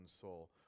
soul